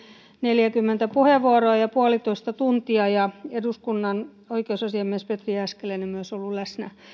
neljäkymmentä puheenvuoroa ja ja puolitoista tuntia ja eduskunnan oikeusasiamies petri jääskeläinen on myös ollut läsnä